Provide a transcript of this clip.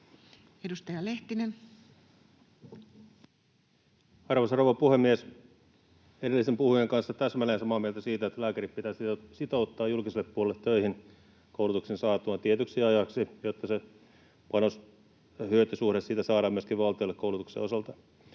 19:30 Content: Arvoisa rouva puhemies! Olen edellisen puhujan kanssa täsmälleen samaa mieltä siitä, että lääkärit pitäisi koulutuksen saatuaan sitouttaa julkiselle puolelle töihin tietyksi ajaksi, jotta se panos- ja hyötysuhde siitä saadaan myöskin valtiolle koulutuksen osalta.